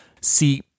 See